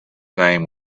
name